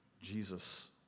Jesus